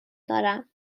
دارم